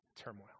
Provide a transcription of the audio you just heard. turmoil